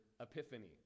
epiphany